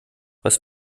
was